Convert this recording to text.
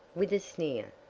with a sneer.